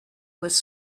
was